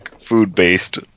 food-based